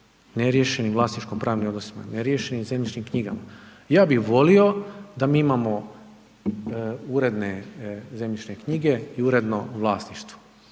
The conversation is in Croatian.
neriješenim vlasničko pranim odnosima, neriješenim zemljišnim knjigama. Ja bi volio da mi imamo uredne zemljišne knjige i uredno vlasništvo,